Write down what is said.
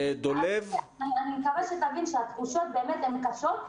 אני מקווה שתבין שהתחושות באמת קשות.